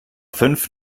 fünf